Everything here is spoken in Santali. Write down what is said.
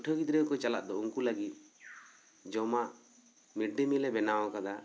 ᱯᱟᱹᱴᱷᱩᱣᱟᱹ ᱜᱤᱫᱽᱨᱟᱹ ᱠᱚ ᱪᱟᱞᱟᱜ ᱫᱚ ᱩᱱᱠᱩ ᱞᱟᱹᱜᱤᱫ ᱡᱚᱢᱟᱜ ᱢᱤᱰ ᱰᱮ ᱢᱤᱞ ᱮ ᱵᱮᱱᱟᱣ ᱟᱠᱟᱫᱟ